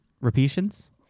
Repetitions